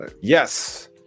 yes